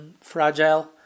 fragile